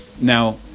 Now